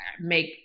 make